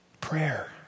Prayer